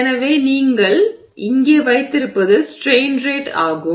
எனவே நீங்கள் இங்கே வைத்திருப்பது ஸ்ட்ரெய்ன் ரேட் ஆகும்